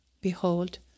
Behold